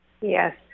Yes